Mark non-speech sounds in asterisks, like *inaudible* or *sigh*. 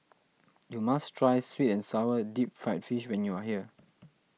*noise* you must try Sweet and Sour Deep Fried Fish when you are here